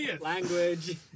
Language